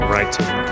right